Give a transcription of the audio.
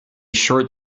short